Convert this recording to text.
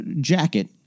jacket